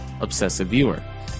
obsessiveviewer